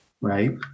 right